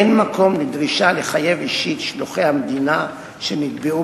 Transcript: אין מקום לדרישה לחייב אישית שלוחי המדינה שנתבעו